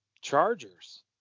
Chargers